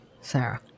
Sarah